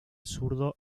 zurdo